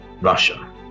Russia